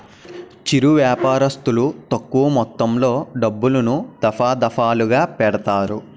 చిరు వ్యాపారస్తులు తక్కువ మొత్తంలో డబ్బులను, దఫాదఫాలుగా పెడతారు